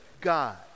god